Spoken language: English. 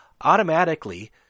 Automatically